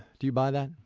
do you buy that?